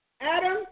Adam